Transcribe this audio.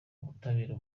ubutabera